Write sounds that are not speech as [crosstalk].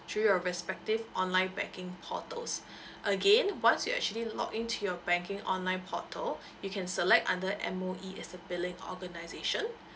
through your respective online banking portals [breath] again once you actually log in to your banking online portal [breath] you can select under M_O_E as the billing organisation